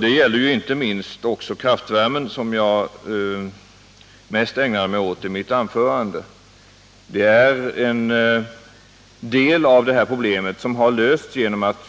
Det gäller inte minst kraftvärmen, som jag mest ägnade mig åt i mitt anförande. En del av det här problemet har lösts genom att